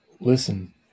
Listen